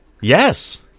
Yes